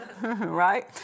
Right